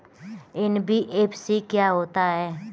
NBFC क्या होता है?